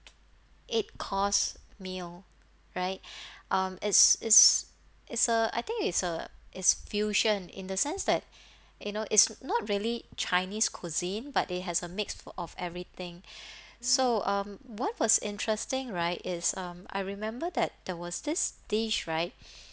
eight course meal right um is is is uh I think it's a is fusion in the sense that you know is not really chinese cuisine but it has a mix for of everything so um what was interesting right is um I remember that there was this dish right